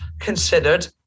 considered